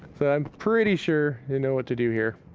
so i'm pretty sure you know what to do here.